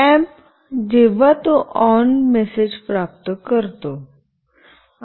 lamp जेव्हा तो on message प्राप्त करतो